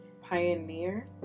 Pioneer